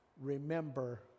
Remember